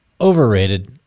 Overrated